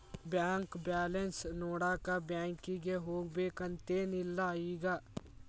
bank balance ನೋಡಾಕ ಬ್ಯಾಂಕಿಗೆ ಹೋಗ್ಬೇಕಂತೆನ್ ಇಲ್ಲ ಈಗ